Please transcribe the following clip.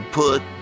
put